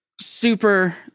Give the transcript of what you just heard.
super –